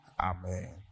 Amen